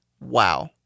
Wow